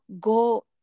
go